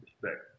Respect